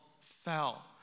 fell